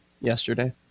yesterday